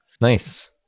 Nice